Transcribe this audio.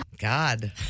God